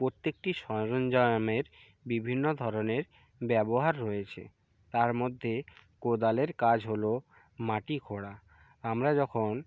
প্রত্যেকটি সরঞ্জামের বিভিন্ন ধরনের ব্যবহার রয়েছে তার মধ্যে কোদালের কাজ হল মাটি খোঁড়া আমরা যখন